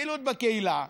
פעילות בקהילה,